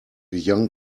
young